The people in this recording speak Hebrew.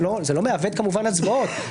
זה לא מעוות כמובן הצבעות,